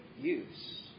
use